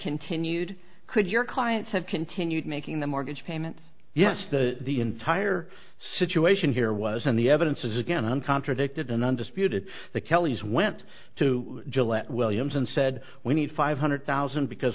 continued could your clients have continued making the mortgage payments yes the the entire situation here was in the evidence is again an contradicted and undisputed the kellys went to gillette williams and said we need five hundred thousand because